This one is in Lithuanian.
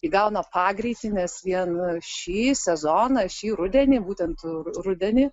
įgauna pagreitį nes vien šį sezoną šį rudenį būtent rudenį